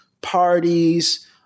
parties